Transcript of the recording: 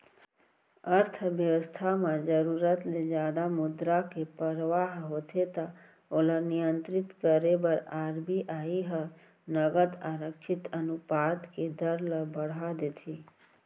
अर्थबेवस्था म जरुरत ले जादा मुद्रा के परवाह होथे त ओला नियंत्रित करे बर आर.बी.आई ह नगद आरक्छित अनुपात के दर ल बड़हा देथे